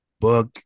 book –